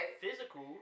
physical